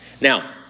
Now